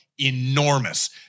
enormous